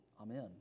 Amen